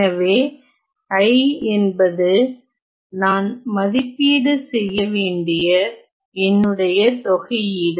எனவே l என்பது நான் மதிப்பீடு செய்ய வேண்டிய என்னுடைய தொகையீடு